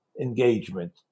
engagement